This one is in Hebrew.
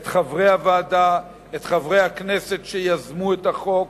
את חברי הוועדה, את חברי הכנסת שיזמו את החוק